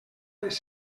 les